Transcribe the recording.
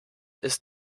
ist